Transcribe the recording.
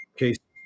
case